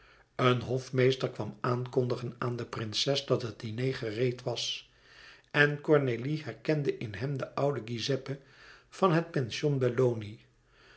een hofmeester kwam aankondigen aan de prinses dat het diner gereed was en cornélie herkende in hem den ouden giuseppe van het